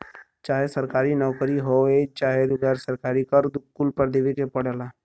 चाहे सरकारी नउकरी होये चाहे गैर सरकारी कर कुल पर देवे के पड़ला